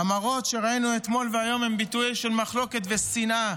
המראות שראינו אתמול והיום הם ביטויים של מחלוקת ושנאה,